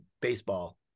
baseball